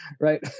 right